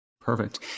Perfect